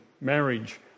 marriage